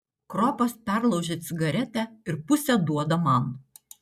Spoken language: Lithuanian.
kropas perlaužia cigaretę ir pusę duoda man